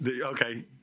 okay